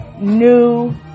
new